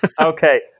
Okay